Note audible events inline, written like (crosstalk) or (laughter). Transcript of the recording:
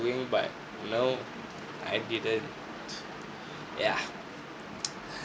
but no I didn't (breath) yeah (noise)